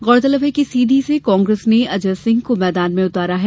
गौरतलब है कि सीधी से कांग्रेस ने अजय सिंह को मैदान में उतारा है